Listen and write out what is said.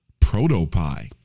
Protopie